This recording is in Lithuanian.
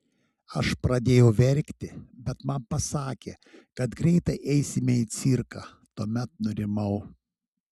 aš pradėjau verkti bet man pasakė kad greitai eisime į cirką tuomet nurimau